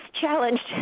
challenged